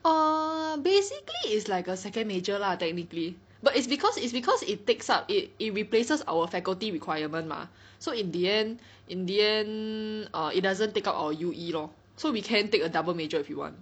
err basically is like a second major lah technically but it's cause it's cause it takes up eight it replaces our faculty requirement mah so in the end in the end err it doesn't take out our U_E lor so we can take a double major if you want